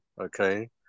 okay